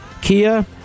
Kia